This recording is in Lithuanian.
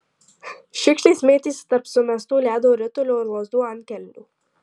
šiukšlės mėtėsi tarp sumestų ledo ritulio lazdų antkelių